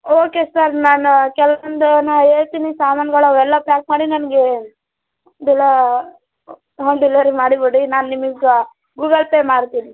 okay sir ನಾನು ಕೆಲ್ವೊಂದು ನಾ ಹೇಳ್ತಿನಿ ಸಾಮಾನ್ಗಳು ಅವೆಲ್ಲ ಪ್ಯಾಕ್ ಮಾಡಿ ನನಗೆ ಇದೆಲ್ಲ ಹೋಮ್ ಡೆಲಿವೆರಿ ಮಾಡಿ ಬಿಡಿ ನಾನು ನಿಮಿಗೆ ಗೂಗಲ್ ಪೇ ಮಾಡ್ತೀನಿ